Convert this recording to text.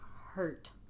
hurt